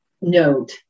note